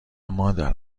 مادر